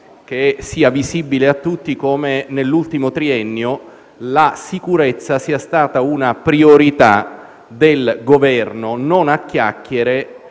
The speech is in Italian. che sia visibile a tutti come nell'ultimo triennio la sicurezza sia stata una priorità del Governo, non a chiacchiere,